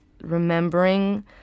remembering